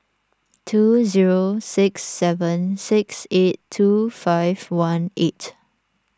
two zero six seven six eight two five one eight